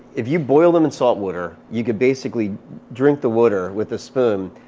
if you boil them in salt water, you can basically drink the water with a spoon.